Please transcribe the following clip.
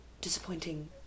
disappointing